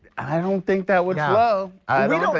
i don't think that would flow.